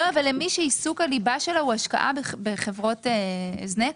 למי שעיסוק הליבה שלה הוא השקעה בחברות הזנק?